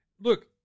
Look